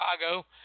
Chicago